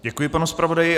Děkuji panu zpravodaji.